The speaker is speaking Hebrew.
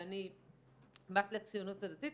ואני בת לציונות הדתית,